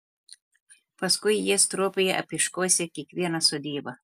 paskui jie stropiai apieškosią kiekvieną sodybą